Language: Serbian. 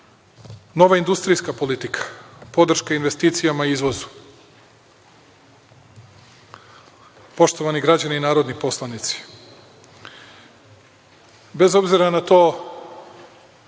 industrijska politika – podrška investicijama i izvozu. Poštovani građani i narodni poslanici, bez obzira na to